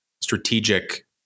strategic